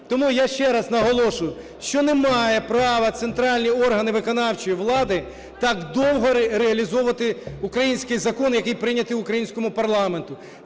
Тому я ще раз наголошую, що не мають права центральний орган виконавчої влади так довго реалізовувати український закон, який прийнятий в українському парламенті.